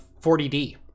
40D